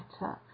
better